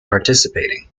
participating